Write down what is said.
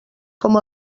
com